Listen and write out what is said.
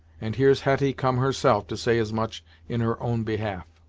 and here's hetty come herself to say as much in her own behalf.